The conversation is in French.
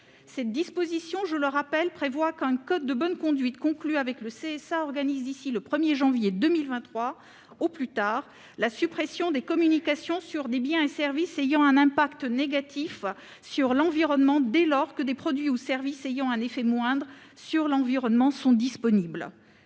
de la publicité le soir. Elle prévoit qu'un code de bonne conduite conclu avec le CSA organise d'ici au 1 janvier 2023 au plus tard la suppression des communications commerciales sur des biens et services ayant un impact négatif sur l'environnement, dès lors que des produits ou services ayant un effet moindre sur l'environnement sont disponibles.